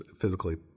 physically